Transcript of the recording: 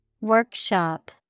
Workshop